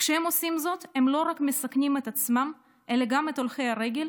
כשהם עושים זאת הם לא רק מסכנים את עצמם אלא גם את הולכי הרגל